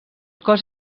cos